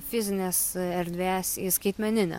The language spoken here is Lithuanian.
fizinės erdvės į skaitmeninę